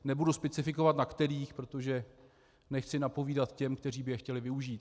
Nebudu specifikovat na kterých, protože nechci napovídat těm, kteří by je chtěli využít.